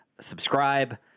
subscribe